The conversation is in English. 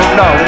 no